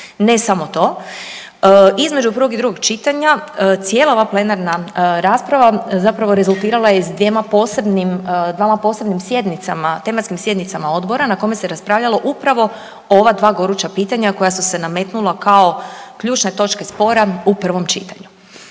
Ne samo to. Između prvog i drugog čitanja cijela ova plenarna rasprava zapravo rezultirala je sa dvjema posebnim, dvama posebnim sjednicama, tematskim sjednicama Odbora na kojima se raspravljala o ova dva goruća pitanja koja su se nametnula kao ključne točke spora u prvom čitanju